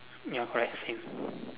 ya correct same